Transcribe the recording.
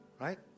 right